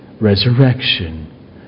resurrection